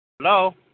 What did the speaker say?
Hello